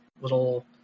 little